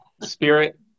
spirit